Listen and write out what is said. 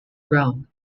ground